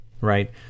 right